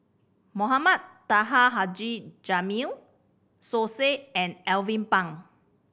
Mohamed Taha Haji Jamil Som Said and Alvin Pang